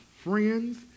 Friends